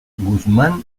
guzmán